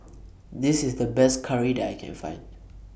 This IS The Best Curry that I Can Find